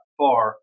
far